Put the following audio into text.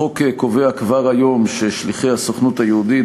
החוק קובע כבר היום ששליחי הסוכנות היהודית,